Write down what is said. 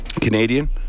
Canadian